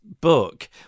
book